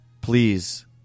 Please